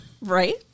Right